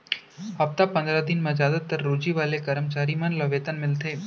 हप्ता पंदरा दिन म जादातर रोजी वाले करम चारी मन ल वेतन मिलथे